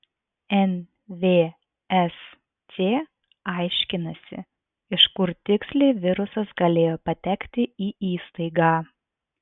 nvsc aiškinasi iš kur tiksliai virusas galėjo patekti į įstaigą